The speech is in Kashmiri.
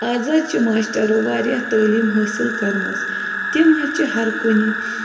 آز حظ چھِ ماشٹَرو واریاہ تٲلیٖم حٲصِل کٔرمٕژ تِم حظ چھِ ہَر کُنہِ